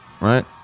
Right